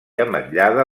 ametllada